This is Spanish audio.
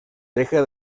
deja